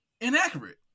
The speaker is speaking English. inaccurate